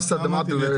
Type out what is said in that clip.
אשרף סלהאבה,